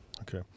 Okay